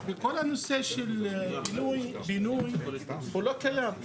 וכל הנושא של פינוי בינוי הוא לא קיים.